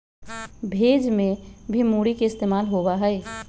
भेज में भी मूरी के इस्तेमाल होबा हई